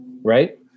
right